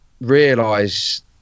realise